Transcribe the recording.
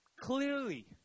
clearly